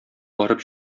барып